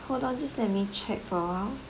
hold on just let me check for a while